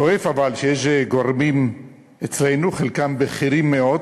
כואב, אבל, שיש גורמים אצלנו, חלקם בכירים מאוד,